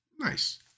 Nice